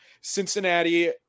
Cincinnati